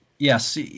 Yes